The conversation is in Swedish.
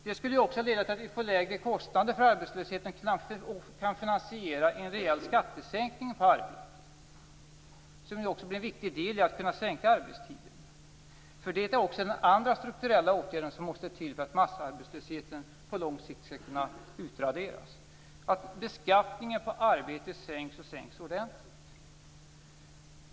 Det skulle också leda till att vi får lägre kostnader för arbetslösheten och till att vi kan finansiera en rejäl skattesänkning på arbete, vilket också blir en viktig del i detta med att kunna sänka arbetstiden. Den andra strukturella åtgärden som måste till för att massarbetslösheten på lång sikt skall kunna utraderas är nämligen just att beskattningen på arbete sänks ordentligt.